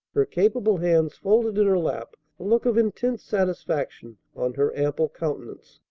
her capable hands folded in her lap, a look of intense satisfaction on her ample countenance.